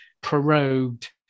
prorogued